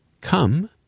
Come